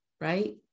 right